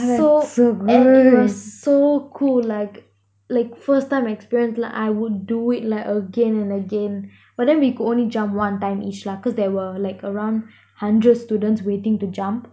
so and it was so cool like like first time experience like I would do it like again and again but then we could only jump one time each cause there were like around hundred students waiting to jump